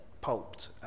pulped